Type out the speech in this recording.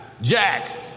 Jack